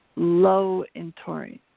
low in taurine.